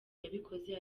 yabikoze